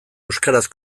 euskaraz